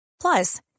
Plus